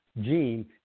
gene